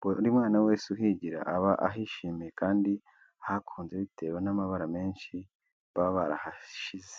buri mwana wese uhigira aba ahishimiye, kandi ahakunze bitewe n'amabara menshi baba barahasize.